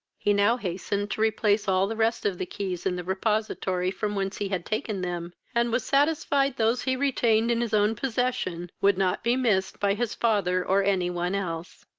he now hastened to replace all the rest of the keys in the repository from whence he had taken them, and was satisfied those he retained in his own possession would not be missed by his father or any one else.